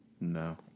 No